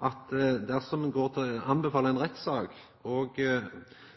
at dersom ein anbefaler ei rettssak, og